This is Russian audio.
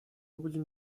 будем